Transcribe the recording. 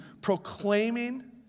proclaiming